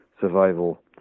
survival